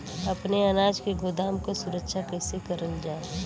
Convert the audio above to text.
अपने अनाज के गोदाम क सुरक्षा कइसे करल जा?